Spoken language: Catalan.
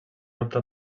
optar